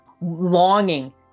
longing